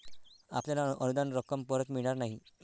आपल्याला अनुदान रक्कम परत मिळणार नाही